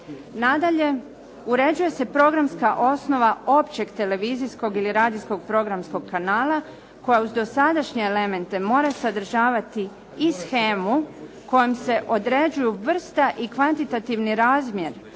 Nadalje, uređuje se programska osnova općeg televizijskog ili radijskog programskog kanala koja uz dosadašnje elemente mora sadržavati i shemu kojom se određuju vrsta i kvantitativni razmjer